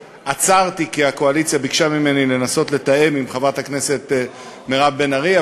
ועצרתי כי הקואליציה ביקשה ממני לנסות לתאם עם חברת הכנסת מירב בן ארי,